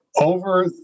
Over